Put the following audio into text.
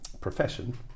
profession